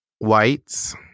Whites